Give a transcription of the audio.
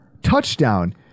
touchdown